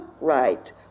right